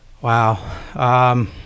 Wow